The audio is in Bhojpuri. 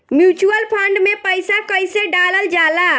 म्यूचुअल फंड मे पईसा कइसे डालल जाला?